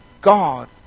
God